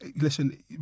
Listen